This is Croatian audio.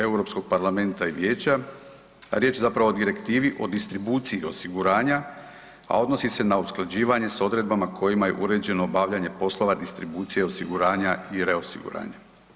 Europskog parlamenta i vijeća, riječ je zapravo o direktivi o distribuciji osiguranja, a odnosi se na usklađivanje s odredbama kojima je uređeno obavljanje poslova distribucije osiguranja i reosiguranja.